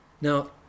Now